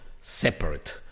separate